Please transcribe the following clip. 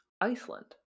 Iceland